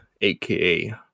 aka